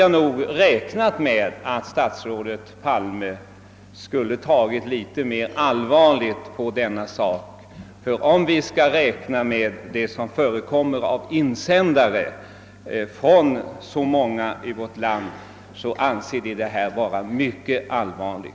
Jag hade räknat med att statsrådet Palme skulle ha tagit litet mera allvarligt på denna sak, ty om vi tar antalet tid Ningsinsändare om denna fråga i betraktande måste frågan bedömas som allvarlig.